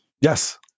Yes